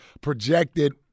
projected –